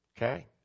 Okay